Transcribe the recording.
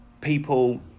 people